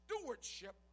stewardship